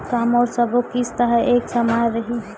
का मोर सबो किस्त ह एक समान रहि?